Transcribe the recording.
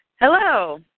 Hello